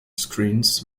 screens